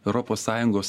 europos sąjungos